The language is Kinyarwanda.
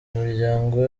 imiryango